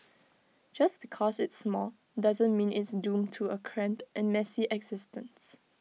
just because it's small doesn't mean it's doomed to A cramped and messy existence